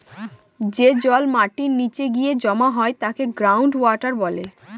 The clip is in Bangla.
যে জল মাটির নীচে গিয়ে জমা হয় তাকে গ্রাউন্ড ওয়াটার বলে